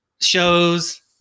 shows